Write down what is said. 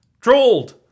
trolled